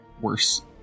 worse